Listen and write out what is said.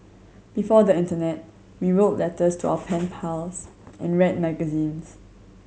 before the internet we wrote letters to our pen pals and read magazines